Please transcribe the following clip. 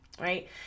right